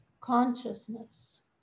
consciousness